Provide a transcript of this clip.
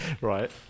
Right